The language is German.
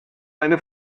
eine